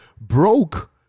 broke